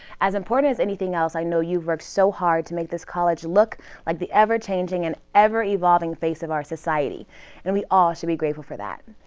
as important as anything else i know you've worked so hard to make this college look like the ever-changing and ever-evolving face of our society and we are to be grateful for that.